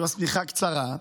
אם השמיכה קצרה,